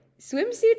swimsuit